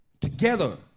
together